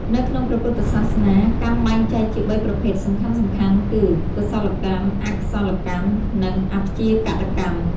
នៅក្នុងព្រះពុទ្ធសាសនា កម្មបែងចែកជាបីប្រភេទសំខាន់ៗគឺ កុសលកម្ម អកុសលកម្ម និងអព្យាកតកម្ម ។